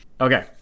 Okay